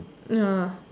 ya